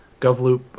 GovLoop